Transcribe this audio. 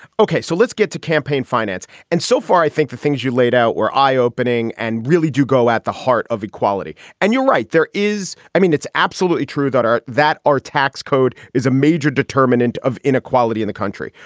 okay, so let's get to campaign finance. and so far, i think the things you laid out were eye-opening and really do go at the heart of equality. and you're right. there is. i mean, it's absolutely true that our that our tax code is a major determinant of inequality in the country.